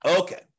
Okay